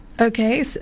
Okay